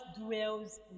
dwells